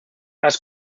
las